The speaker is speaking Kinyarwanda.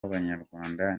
wabanyarwanda